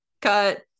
Cut